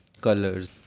colors